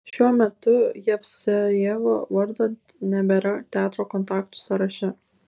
šiuo metu jevsejevo vardo nebėra teatro kontaktų sąraše